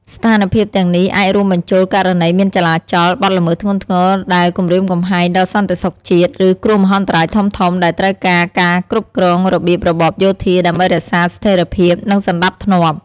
ស្ថានភាពទាំងនេះអាចរួមបញ្ចូលករណីមានចលាចល បទល្មើសធ្ងន់ធ្ងរដែលគំរាមកំហែងដល់សន្តិសុខជាតិ ឬគ្រោះមហន្តរាយធំៗដែលត្រូវការការគ្រប់គ្រងរបៀបរបបយោធាដើម្បីរក្សាស្ថេរភាពនិងសណ្តាប់ធ្នាប់។